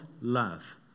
love